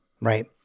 right